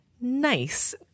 nice